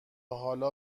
حالا